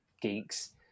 geeks